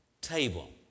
table